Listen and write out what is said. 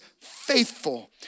faithful